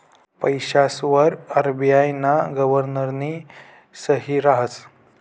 पैसासवर आर.बी.आय ना गव्हर्नरनी सही रहास